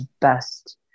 best